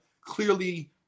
Clearly